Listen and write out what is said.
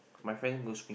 my friend don't speak